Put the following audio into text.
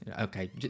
Okay